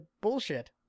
bullshit